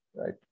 right